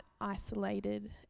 isolated